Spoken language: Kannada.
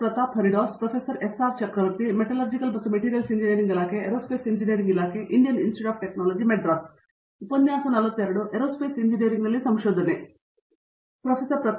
ಪ್ರತಾಪ್ ಹರಿಡೋಸ್ ಸ್ವಾಗತ